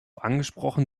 angesprochen